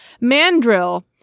Mandrill